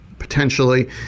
potentially